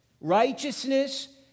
Righteousness